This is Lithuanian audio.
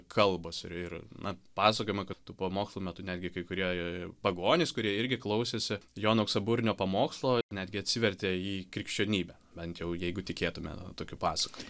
kalbos ir na pasakojama kad tų pamokslų metu netgi kai kurie pagonys kurie irgi klausėsi jono auksaburnio pamokslo netgi atsivertė į krikščionybę bent jau jeigu tikėtume tokiu pasakojimu